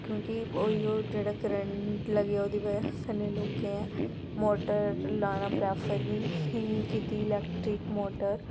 क्योंकि ओह् इ'यो जेह्ड़ा करंट लग्गेआ ओह्दी बजह् कन्नै लोकें मोटर लाना प्रेफर निं कीती इलेक्ट्रिक मोटर